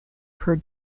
per